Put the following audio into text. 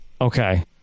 Okay